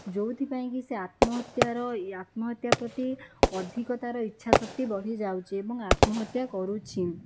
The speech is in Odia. ଯେଉଁଥି ପାଇଁ କି ସେ ଆତ୍ମହତ୍ୟାର ଆତ୍ମହତ୍ୟା ପ୍ରତି ଅଧିକ ତା'ର ଇଚ୍ଛା ଶକ୍ତି ବଢ଼ିଯାଉଛି ଏବଂ ଆତ୍ମହତ୍ୟା କରୁଛି